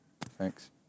Thanks